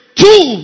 two